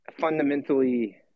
fundamentally